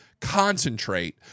concentrate